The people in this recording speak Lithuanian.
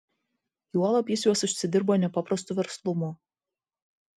juolab jis juos užsidirbo nepaprastu verslumu